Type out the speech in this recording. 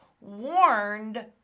warned